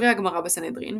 כדברי הגמרא בסנהדרין,